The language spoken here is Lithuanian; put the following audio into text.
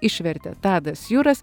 išvertė tadas juras